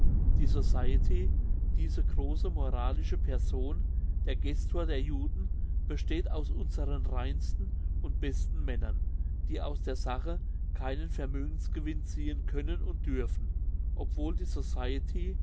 diese grosse moralische person der gestor der juden besteht aus unseren reinsten und besten männern die aus der sache keinen vermögensgewinn ziehen können und dürfen obwohl die